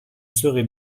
serai